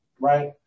right